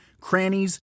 crannies